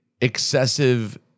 excessive